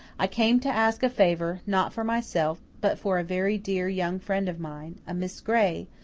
i came to ask a favour, not for myself, but for a very dear young friend of mine a miss gray,